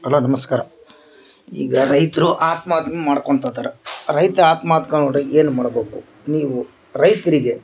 hello ನಮಸ್ಕಾರ ಈಗ ರೈತರು ಆತ್ಮಹತ್ಯೆ ಮಾಡ್ಕೊಂತ ಅದಾರ ರೈತ ಆತ್ಮಹತ್ಯೆ ಮಾಡ್ದಂಗ ಏನು ಮಾಡ್ಬಕು ನೀವು ರೈತರಿಗೆ